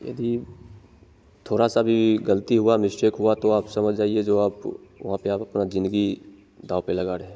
यदि थोड़ा सा भी गलती हुआ मिस्टेक हुआ तो आप समझ जाएं जो आप वहाँ पर अपना जिंदगी दाँव पर लगा रहे हैं